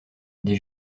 des